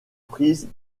prises